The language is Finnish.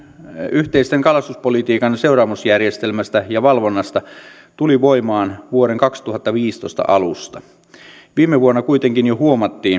yhteisen kalastuspolitiikan seuraamusjärjestelmästä ja valvonnasta tuli voimaan vuoden kaksituhattaviisitoista alusta viime vuonna kuitenkin jo huomattiin